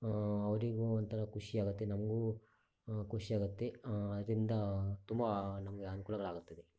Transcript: ಅವರಿಗೂ ಒಂಥರ ಖುಷಿ ಆಗುತ್ತೆ ನಮಗೂ ಖುಷಿ ಆಗುತ್ತೆ ಅದರಿಂದ ತುಂಬ ನಮಗೆ ಅನುಕೂಲಗಳಾಗುತ್ತದೆ